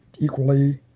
equally